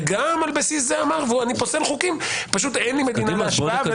וגם על בסיס זה אמר: אני פוסל חוקים פשוט אין לי מדינה להשוואה.